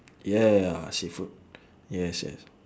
yeah ya seafood yes yes